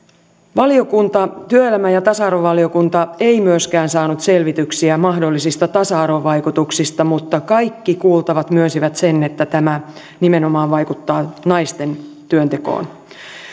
työelämä ja tasa arvovaliokunta ei myöskään saanut selvityksiä mahdollisista tasa arvovaikutuksista mutta kaikki kuultavat myönsivät sen että tämä nimenomaan vaikuttaa naisten työntekoon